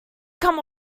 come